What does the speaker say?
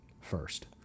first